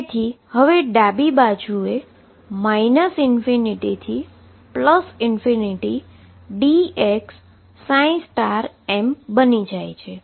તેથી હવે ડાબી બાજુએ ∞dx m બની જાય છે